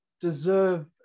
deserve